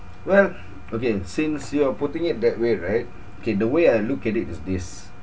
well okay since you are putting it that way right okay the way I look at it is this